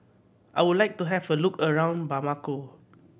I would like to have a look around Bamako